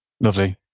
Lovely